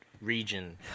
region